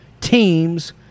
teams